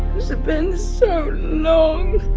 been so long